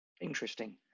Interesting